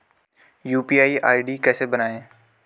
UPI ID कैसे बनायें?